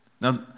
Now